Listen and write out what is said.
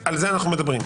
על זה אנחנו מדברים.